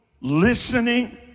listening